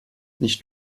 nicht